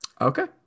Okay